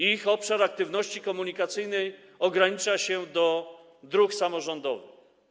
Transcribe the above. Ich obszar aktywności komunikacyjnej ogranicza się do dróg samorządowych.